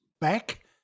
back